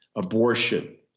abortion,